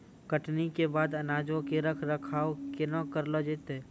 कटनी के बाद अनाजो के रख रखाव केना करलो जैतै?